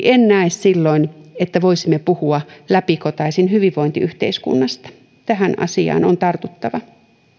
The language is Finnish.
en näe silloin että voisimme puhua läpikotaisin hyvinvointiyhteiskunnasta tähän asiaan on tartuttava